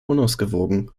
unausgewogen